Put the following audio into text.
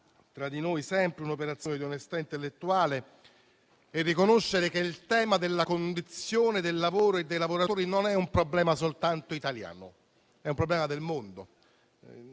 tra di noi un'operazione di onestà intellettuale e riconoscere che il tema della condizione del lavoro e dei lavoratori non è un problema soltanto italiano, ma mondiale.